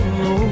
no